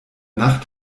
nacht